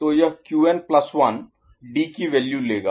तो यह Qn plus 1 Qn1 D की वैल्यू लेगा